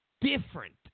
different